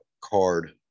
card